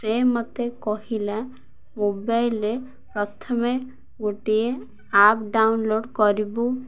ସେ ମୋତେ କହିଲା ମୋବାଇଲ୍ରେ ପ୍ରଥମେ ଗୋଟିଏ ଆପ୍ ଡାଉନ୍ଲୋଡ଼୍ କରିବୁ